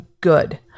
good